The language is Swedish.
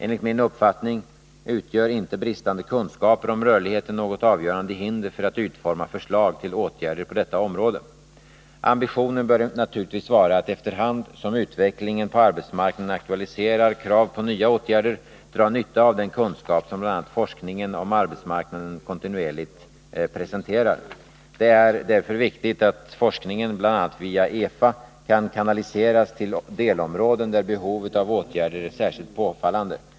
Enligt min uppfattning utgör inte bristande kunskaper om rörligheten något avgörande hinder för att utforma förslag till åtgärder på detta område. Ambitionen bör naturligtvis vara att efter hand som utvecklingen på arbetsmarknaden aktualiserar krav på nya åtgärder dra nytta av den kunskap som bl.a. forskningen om arbetsmarknaden kontinuerligt presenterar. Det är därför viktigt att forskningen bl.a. via EFA kan kanaliseras till delområden där behovet av åtgärder är särskilt påfallande.